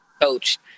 coach